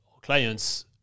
clients